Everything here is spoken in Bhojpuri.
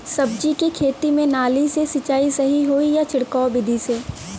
सब्जी के खेती में नाली से सिचाई सही होई या छिड़काव बिधि से?